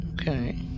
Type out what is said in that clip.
okay